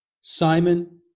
Simon